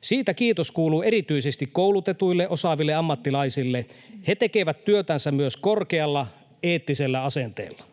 Siitä kiitos kuuluu erityisesti koulutetuille, osaaville ammattilaisille. He tekevät työtänsä myös korkealla eettisellä asenteella.